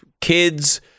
kids